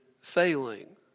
failing